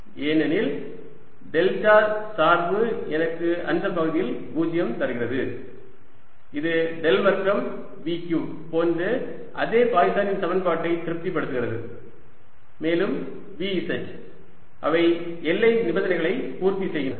ஏனெனில் டெல்டா சார்பு எனக்கு அந்த பகுதியில் 0 தருகிறது இது டெல் வர்க்கம் Vq போன்ற அதே பாய்சனின் சமன்பாட்டை திருப்தி படுத்துகிறது மேலும் Vz அவை எல்லை நிபந்தனையை பூர்த்தி செய்கின்றன